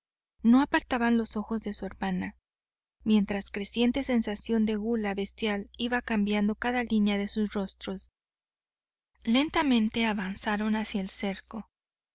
no apartaban los ojos de su hermana mientras creciente sensación de gula bestial iba cambiando cada línea de sus rostros lentamente avanzaron hacia el cerco